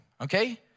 okay